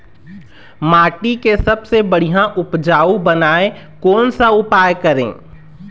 माटी के सबसे बढ़िया उपजाऊ बनाए कोन सा उपाय करें?